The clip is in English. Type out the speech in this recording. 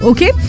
Okay